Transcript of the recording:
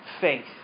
faith